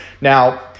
now